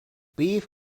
beef